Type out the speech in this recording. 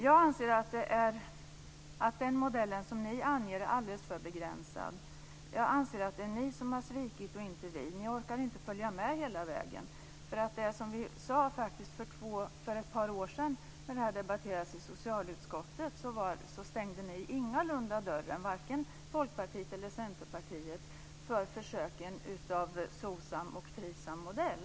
Jag anser att den modell som ni anger är alldeles för begränsad. Det är ni som har svikit och inte vi. Ni orkade inte följa med hela vägen. För ett par år sedan när detta debatterades i socialutskottet stängde ni ingalunda dörren, vare sig Folkpartiet eller Centerpartiet, för försöken av Socsam och Frisammodell.